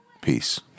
Peace